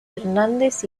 hernández